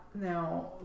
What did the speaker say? now